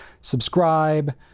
subscribe